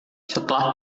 setelah